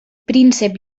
príncep